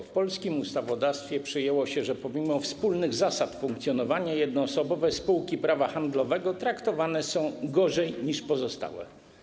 W polskim ustawodawstwie przyjęło się, że pomimo wspólnych zasad funkcjonowania jednoosobowe spółki prawa handlowego traktowane są gorzej niż pozostałe.